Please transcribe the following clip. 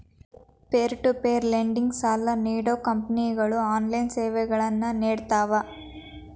peer to peer lending ಸಾಲಾ ನೇಡೋ ಕಂಪನಿಗಳು ಆನ್ಲೈನ್ ಸೇವೆಗಳನ್ನ ನೇಡ್ತಾವ